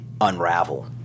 unravel